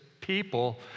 people